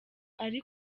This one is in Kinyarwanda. ari